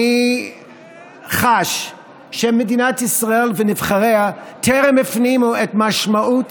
אני חש שמדינת ישראל ונבחריה טרם הפנימו את משמעות